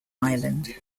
island